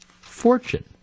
Fortune